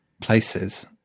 places